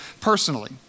personally